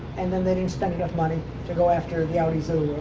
and then they didn't spend enough money to go after the ah